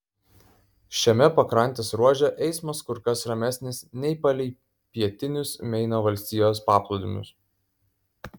šiame pakrantės ruože eismas kur kas ramesnis nei palei pietinius meino valstijos paplūdimius